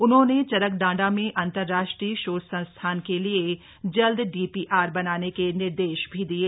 उन्होंने चरक डांडा में अन्तरराष्ट्रीय शोध संस्थान के लिए जल्द डीपीआर बनाने के निर्देश भी दिये